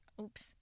Oops